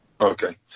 Okay